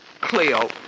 Cleo